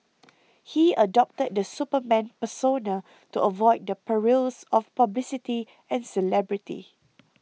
he adopted the Superman persona to avoid the perils of publicity and celebrity